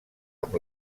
amb